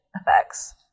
effects